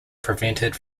prevented